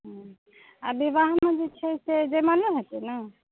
आ विवाहमे जे छै से जयमालो हेतैक ने